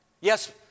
Yes